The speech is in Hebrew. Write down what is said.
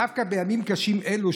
דווקא בימים קשים אלו,